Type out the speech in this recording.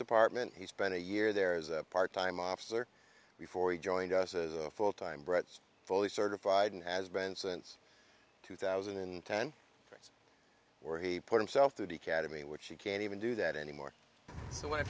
department he spent a year there is a part time officer before he joined us as a full time bret's fully certified and has been since two thousand and ten or he put himself through the cademy which he can't even do that anymore so when i